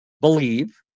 believe